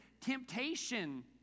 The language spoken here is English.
temptation